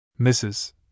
Mrs